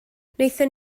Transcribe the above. wnaethon